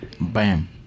Bam